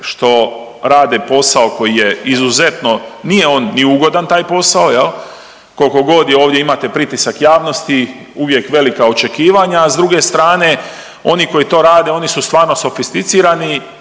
što rade posao koji je izuzetno, nije on ni ugodan taj posao jel, koliko god je ovdje imate pritisak javnosti uvijek velika očekivanja, a s druge strane oni koji to rade oni su stvarno sofisticirani